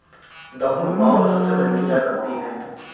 Da Hong पाओ सबसे महंगी चाय पत्ती है